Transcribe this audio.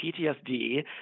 PTSD